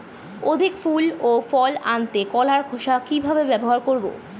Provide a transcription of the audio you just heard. অধিক ফুল ও ফল আনতে কলার খোসা কিভাবে ব্যবহার করব?